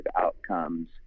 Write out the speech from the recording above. outcomes